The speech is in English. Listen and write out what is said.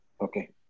Okay